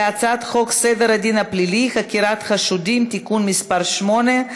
הצעת חוק סדר הדין הפלילי (חקירת חשודים) (תיקון מס' 8),